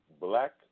black